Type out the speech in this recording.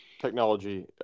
technology